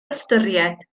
ystyried